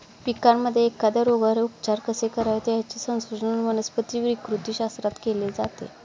पिकांमध्ये एखाद्या रोगावर उपचार कसे करावेत, याचे संशोधन वनस्पती विकृतीशास्त्रात केले जाते